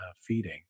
feeding